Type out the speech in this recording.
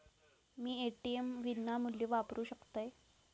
मी ATM विनामूल्य वापरू शकतय?